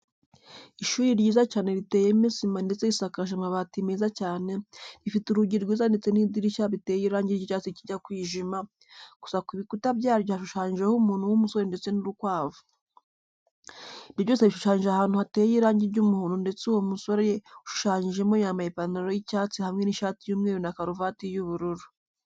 Ishuri ryiza cyane riteyemo sima ndetse risakaje amabati meza cyane, rifite urugi rwiza ndetse n'idirishya biteye irangi ry'icyatsi kijya kwijima, gusa ku bikuta byaryo hashushanyijeho umuntu w'umusore ndetse n'urukwavu. Ibyo byose bishushanyije ahantu hateye irangi ry'umuhondo, ndetse uwo musore ushushanyijemo yambaye ipantaro y'icyatsi hamwe n'ishati y'umweru na karuvati y'ubururu.